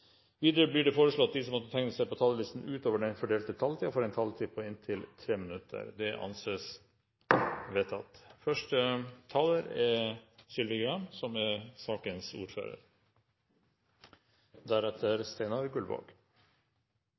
Videre blir det foreslått at de som måtte tegne seg på talerlisten utover den fordelte taletid, får en taletid på inntil 3 minutter. – Det anses vedtatt. I motsetning til forrige sak er dette en sak som vi i stor grad er